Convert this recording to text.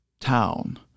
town